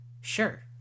sure